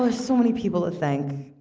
ah so many people to thank,